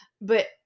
But-